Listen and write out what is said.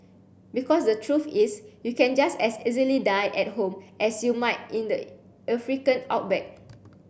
because the truth is you can just as easily die at home as you might in the African outback